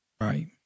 Right